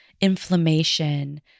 inflammation